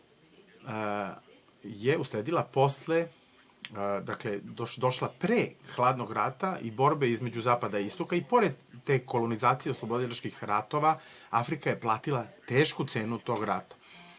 je usledila posle, dakle, došla pre hladnog rata i borbe između zapada i istoka i pored te kolonizacije, oslobodilačkih ratova Afrika je platila tešku cenu tog